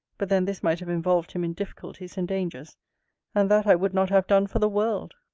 but then this might have involved him in difficulties and dangers and that i would not have done for the world.